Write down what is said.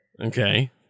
Okay